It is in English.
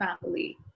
family